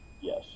Yes